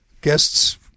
Guests